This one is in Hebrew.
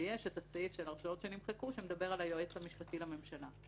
ויש את הסעיף של הרשאות שנמחקו שמדבר על היועץ המשפטי לממשלה.